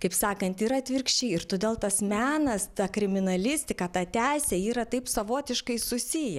kaip sakant ir atvirkščiai ir todėl tas menas ta kriminalistika ta teisė yra taip savotiškai susiję